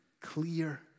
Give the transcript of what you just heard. clear